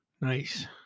Nice